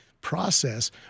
process